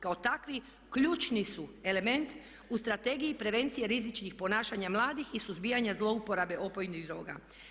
Kao takvi ključni su element u Strategiji prevencije rizičnih ponašanja mladih i suzbijanja zlouporabe opojnih droga.